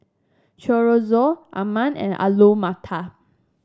Chorizo and Alu Matar